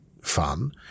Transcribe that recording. fun